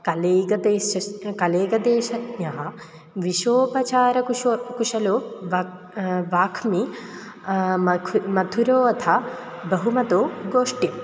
कलेगदेशश् कलेगदेशज्ञः विशोपचारकुशलः कुशलः वाक् वाग्भी मधुरो अथ बहुमतो गोष्ठ्य